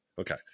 Okay